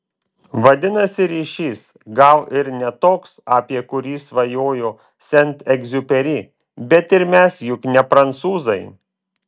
vadinasi ryšys gal ir ne toks apie kurį svajojo sent egziuperi bet ir mes juk ne prancūzai